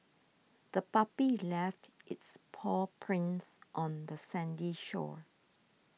the puppy left its paw prints on the sandy shore